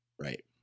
Right